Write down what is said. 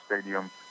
Stadium